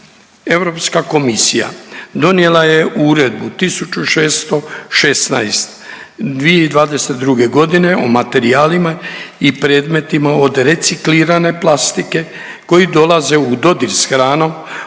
Europska komisija donijela je Uredbu 1616 2022. godine o materijalima i predmetima od reciklirane plastike koji dolaze u dodir s hranom